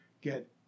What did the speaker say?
get